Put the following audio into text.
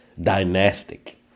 Dynastic